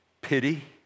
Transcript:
pity